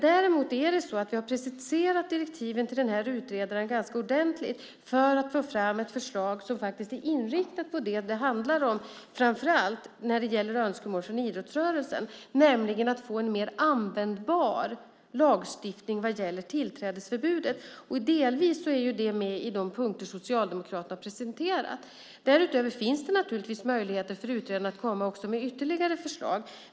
Däremot har vi preciserat direktiven till denna utredare ganska ordentligt för att få fram ett förslag som faktiskt är inriktat på det som det framför allt handlar om när det gäller önskemål från idrottsrörelsen, nämligen att få en mer användbar lagstiftning vad gäller tillträdesförbudet. Delvis finns det med i de punkter som Socialdemokraterna har presenterat. Därutöver finns det naturligtvis möjligheter för utredaren att också komma med ytterligare förslag.